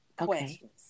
questions